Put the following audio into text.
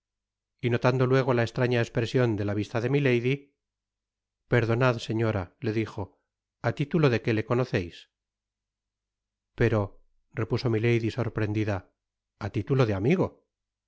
y notando luego la estraña espresion de la visla de milady perdonad señora le dijo á titulo de qué le conocéis pero repuso milady sorprendida á titulo de amigo